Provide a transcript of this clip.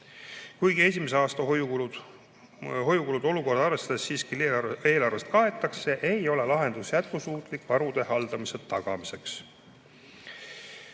Kuigi esimese aasta hoiukulud olukorda arvestades siiski eelarvest kaetakse, ei ole lahendus jätkusuutlik varude haldamise tagamiseks.2022.